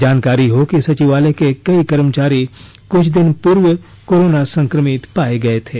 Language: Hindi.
जानकारी हो कि ॅसचिवालय के कई कर्मचारी कुछ दिन पूर्व कोरोना संक्रमित पाये गये थे